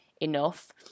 enough